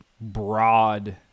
broad